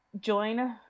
join